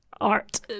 art